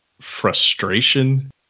frustration